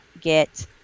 get